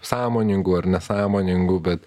sąmoningų ar nesąmoningų bet